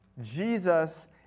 Jesus